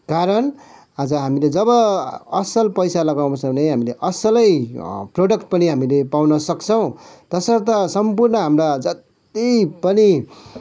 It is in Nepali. कारण आज हामीले जब असल पैसा लगाउछौँ भने हामीले असलै प्रोडक्ट पनि हामीले पाउन सक्छौँ तसर्थ सम्पूर्ण हाम्रा जति पनि